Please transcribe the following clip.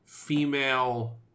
Female